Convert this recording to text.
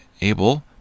able